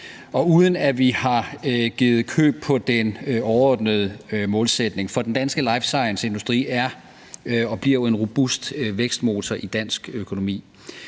uden at vi har givet køb på den overordnede målsætning. For den danske life science-industri er og bliver jo en robust vækstmotor i dansk økonomi.